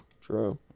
true